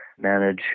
manage